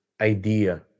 idea